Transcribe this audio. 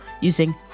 using